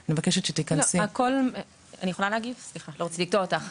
אני מבקשת שתכנסי לעובי הקורה.